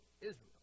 Israel